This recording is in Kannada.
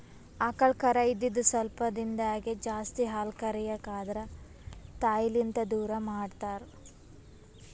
ಆಕಳ್ ಕರಾ ಇದ್ದಿದ್ ಸ್ವಲ್ಪ್ ದಿಂದಾಗೇ ಜಾಸ್ತಿ ಹಾಲ್ ಕರ್ಯಕ್ ಆದ್ರ ತಾಯಿಲಿಂತ್ ದೂರ್ ಮಾಡ್ತಾರ್